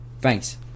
Thanks